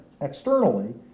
externally